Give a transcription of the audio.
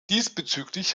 diesbezüglich